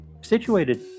situated